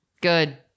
good